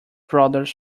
brothers